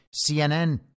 CNN